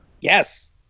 Yes